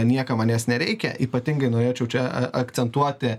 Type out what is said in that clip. niekam manęs nereikia ypatingai norėčiau čia a akcentuoti